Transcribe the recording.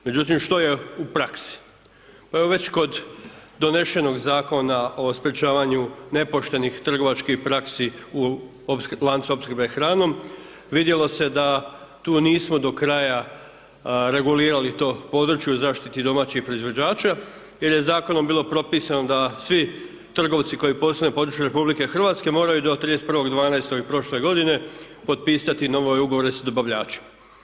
Međutim što je u praksi, evo već kod donešenog zakona o sprječavanju nepoštenih trgovačkih praksi u lancu opskrbe hranom vidjelo se da tu nismo do kraja regulirali to područje u zaštiti domaćih proizvođača jer je zakonom bilo propisano da svi trgovci koji posluju na području RH moraju do 31.12. prošle godine potpisati nove ugovore s dobavljačem.